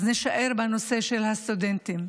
אז נישאר בנושא של הסטודנטים.